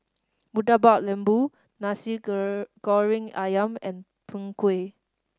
Murtabak Lembu nasi goreng ayam and Png Kueh